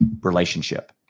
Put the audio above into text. relationship